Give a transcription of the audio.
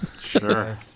Sure